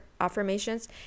affirmations